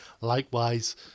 likewise